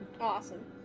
Awesome